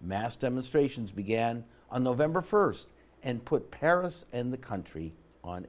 mass demonstrations began on november first and put paris and the country on